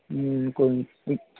कोई नी